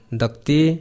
dakti